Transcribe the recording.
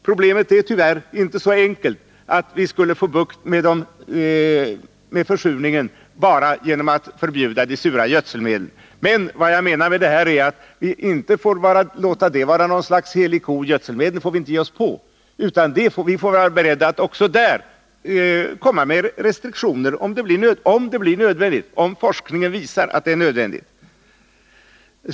Problemet är tyvärr inte så enkelt att vi skulle få bukt med försurningen bara genom att förbjuda de sura gödselmedlen. Jag menar dock, som sagt, att dessa inte får vara något slags helig ko, som vi inte får ge oss på. Vi måste vara beredda att också beträffande den införa något slags restriktioner, om forskningen visar att det är nödvändigt. Herr talman!